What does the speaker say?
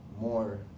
more